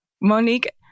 Monique